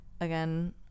again